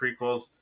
prequels